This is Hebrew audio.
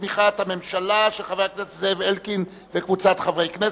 של חבר הכנסת אלקין וקבוצת חברי הכנסת,